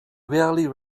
rarely